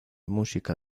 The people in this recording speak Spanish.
música